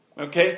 Okay